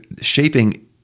shaping